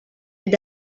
with